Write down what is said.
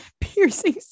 piercing